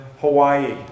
Hawaii